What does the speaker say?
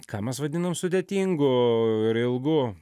ką mes vadinam sudėtingu ir ilgu